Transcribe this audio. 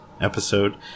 episode